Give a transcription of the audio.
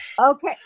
okay